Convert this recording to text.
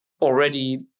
already